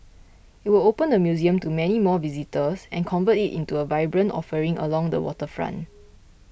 it would open the museum to many more visitors and convert it into a vibrant offering along the waterfront